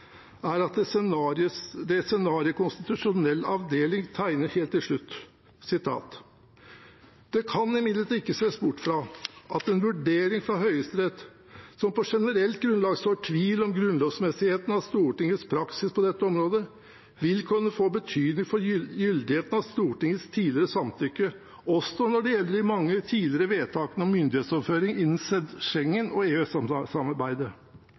er det scenarioet konstitusjonell avdeling tegnet helt til slutt: «Det kan imidlertid ikke ses bort fra at en vurdering fra Høyesterett som på generelt grunnlag sår tvil om grunnlovsmessigheten av Stortingets praksis på dette området, vil kunne få betydning for gyldigheten av Stortingets tidligere samtykke , også når det gjelder de mange tidligere vedtakene om myndighetsoverføring innenfor Schengen- og